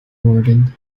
organ